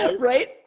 Right